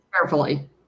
carefully